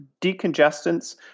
Decongestants